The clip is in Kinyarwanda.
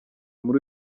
muri